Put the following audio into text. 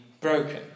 broken